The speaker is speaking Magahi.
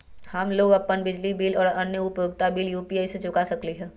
हम लोग अपन बिजली बिल और अन्य उपयोगिता बिल यू.पी.आई से चुका सकिली ह